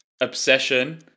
obsession